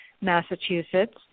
Massachusetts